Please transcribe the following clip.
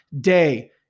day